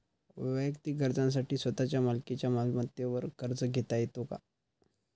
वैयक्तिक गरजांसाठी स्वतःच्या मालकीच्या मालमत्तेवर कर्ज घेता येतो का?